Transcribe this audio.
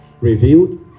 revealed